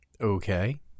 Okay